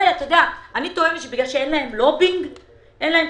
אני טוענת שבגלל שאין להם לובינג כמו